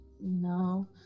no